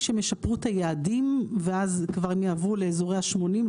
שהם ישפרו את היעדים ואז כבר הם יעברו לאזורי ה-80,